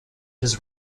his